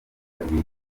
babiri